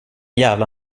jävla